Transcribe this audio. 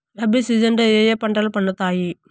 rabi season లో ఏ ఏ పంటలు పండుతాయి